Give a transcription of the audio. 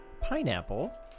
pineapple